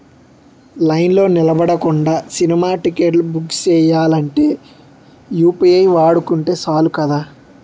లైన్లో నిలబడకుండా సినిమా టిక్కెట్లు బుక్ సెయ్యాలంటే యూ.పి.ఐ వాడుకుంటే సాలు కదా